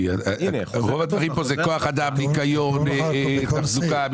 רוב הדברים כאן הם כוח אדם, ניקיון, תחזוקה.